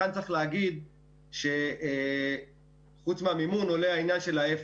כאן צריך להגיד שמלבד המימון עולה העניין של האיפה.